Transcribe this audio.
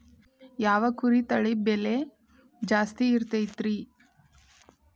ಯಾವ ಕುರಿ ತಳಿ ಬೆಲೆ ಜಾಸ್ತಿ ಇರತೈತ್ರಿ?